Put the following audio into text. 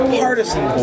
partisan